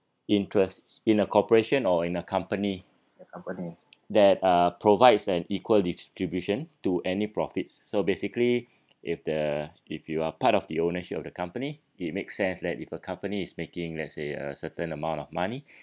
interest in a cooperation or in a company that uh provides an equal distribution to any profits so basically if the if you are part of the ownership of the company it makes sense that if a company is making let's say a certain amount of money